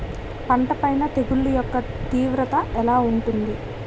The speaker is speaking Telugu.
పంట పైన తెగుళ్లు యెక్క తీవ్రత ఎలా ఉంటుంది